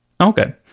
okay